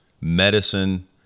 medicine